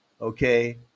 okay